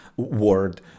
word